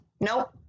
nope